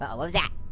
but what was that?